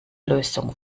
lösung